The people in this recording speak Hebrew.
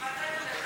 נגד ההסתייגות?